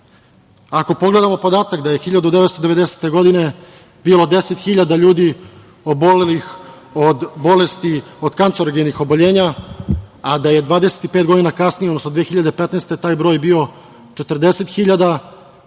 Ako pogledamo podatak da je 1990. godine bilo deset hiljada ljudi obolelih od bolesti, od kancerogenih oboljenja, a da je 25 godina kasnije, odnosno 2015. godine taj broj bio 40 hiljada,